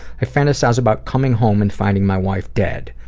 i fantasize about coming home and finding my wife dead.